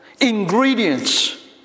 ingredients